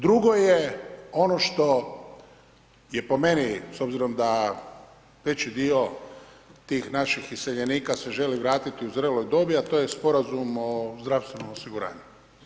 Drugo je ono što je po meni, s obzirom da veći dio tih naših iseljenika se želi vratiti u zreloj dobi a to je Sporazum o zdravstvenom osiguranju.